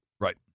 Right